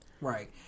Right